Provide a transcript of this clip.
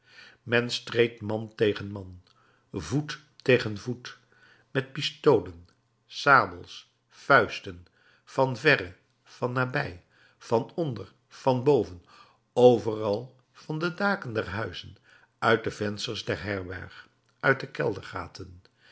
men streed man tegen man voet tegen voet met pistolen sabels vuisten van verre van nabij van onder van boven overal van de daken der huizen uit de vensters der herberg uit de keldergaten men